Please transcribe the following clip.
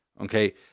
Okay